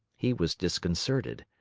he was disconcerted.